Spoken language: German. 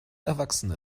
erwachsene